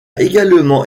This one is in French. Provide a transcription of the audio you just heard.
également